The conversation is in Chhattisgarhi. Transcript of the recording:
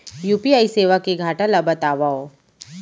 यू.पी.आई सेवा के घाटा ल बतावव?